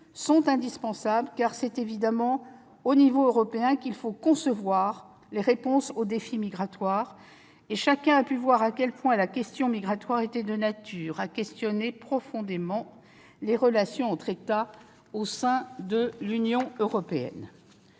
sont indispensables, car c'est évidemment à l'échelon européen qu'il faut concevoir les réponses à apporter aux défis migratoires- chacun a pu voir à quel point la question migratoire était de nature à mettre profondément en question les relations entre les États au sein de l'Union européenne.